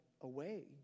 away